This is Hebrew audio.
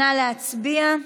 נא להצביע.